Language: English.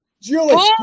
Julie